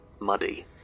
muddy